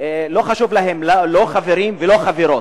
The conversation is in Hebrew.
לא חשוב להן לא חברים ולא חברות,